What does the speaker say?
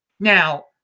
Now